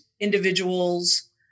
individuals